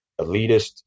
elitist